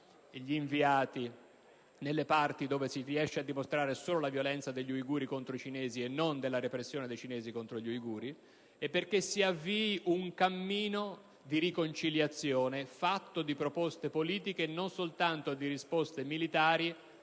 solo nelle zone dove si riesce a percepire la violenza degli uiguri contro i cinesi e non la repressione dei cinesi contro gli uiguri e che si avvii un cammino di riconciliazione fatto di proposte politiche e non soltanto di risposte militari